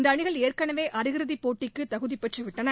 இந்த அணிகள் ஏற்கனவே அரையிறுதிப்போட்டிக்கு தகுதி பெற்று விட்டன